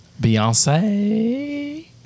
Beyonce